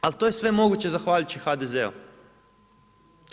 Ali to je sve moguće zahvaljujući HDZ-u.